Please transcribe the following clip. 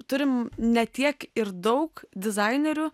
turim ne tiek ir daug dizainerių